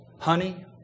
Honey